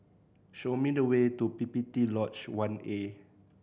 show me the way to P P T Lodge One A